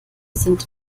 sind